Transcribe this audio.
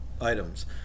items